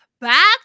back